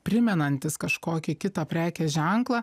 primenantys kažkokį kitą prekės ženklą